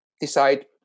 decide